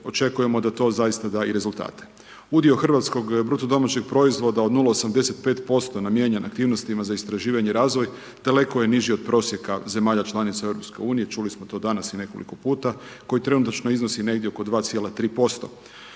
očekujemo da to zaista da i rezultate. Udio hrvatskog BDP-a od 0,85% namijenjen aktivnostima za istraživanje i razvoj daleko je niži od prosjeka zemalja članica EU, čuli smo to danas i nekoliko puta, koji trenutačno iznosi negdje oko 2,3 %.